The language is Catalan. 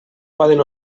poden